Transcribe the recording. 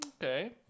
Okay